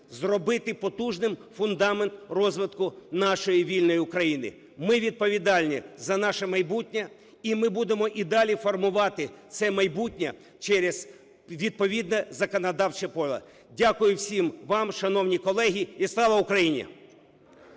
зробити потужним фундамент розвитку нашої вільної України, ми відповідальні за наше майбутнє, і ми будемо і далі формувати це майбутнє через відповідне законодавче поле. Дякую всім вам, шановні колеги. І слава Україні!